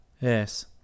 Yes